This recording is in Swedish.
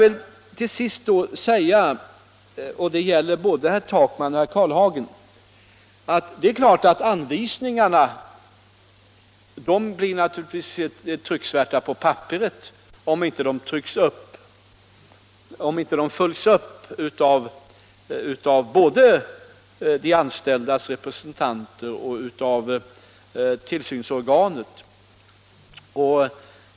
Så vill jag säga, och det gäller både herr Takman och herr Karlehagen, att det är klart att anvisningarna bara blir trycksvärta på papperet om de inte följs upp av både de anställdas representanter och tillsynsorganet.